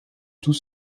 tout